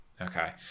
Okay